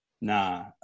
Nah